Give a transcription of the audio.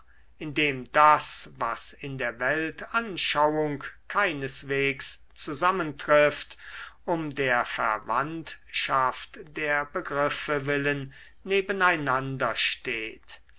indem das was in der weltanschauung keineswegs zusammentrifft um der verwandtschaft der begriffe willen neben einander steht